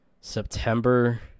September